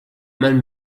man